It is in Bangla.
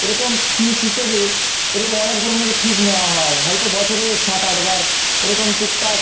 এরকম ফিস হিসেবে এরকম অনেক ধরনের ফিস নেওয়া হয় হয়তো বছরে সাত আটবার এরকম টুকটাক